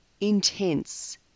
intense